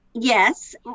Yes